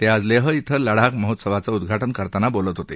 ते आज लेह क्विं लडाख महोत्सवाचं उदघाटन करताना बोलत होते